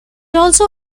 also